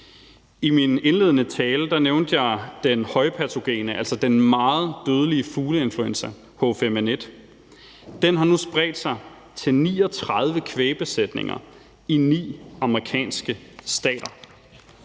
I min indledende tale nævnte jeg den højpatogene, altså den meget dødelige, fugleinfluenza H5N1. Den har nu spredt sig til 39 kvægbesætninger i ni amerikanske stater,